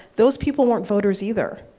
those people weren't voters either.